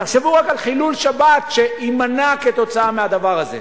תחשבו רק על חילול שבת שיימנע כתוצאה מהדבר הזה.